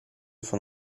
von